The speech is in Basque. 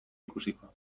ikusiko